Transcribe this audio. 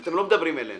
אתם לא מדברים אלינו.